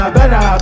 better